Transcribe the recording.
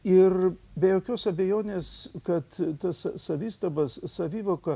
ir be jokios abejonės kad tas savistabas savivoka